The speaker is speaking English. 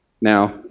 Now